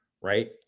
right